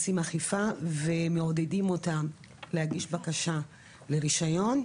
עושים אכיפה, ומעודדים אותם להגיש בקשה לרישיון.